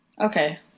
Okay